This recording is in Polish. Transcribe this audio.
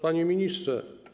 Panie Ministrze!